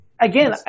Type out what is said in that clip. again